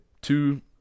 two